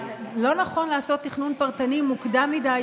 לא נכון לעשות תכנון פרטני מוקדם מדי,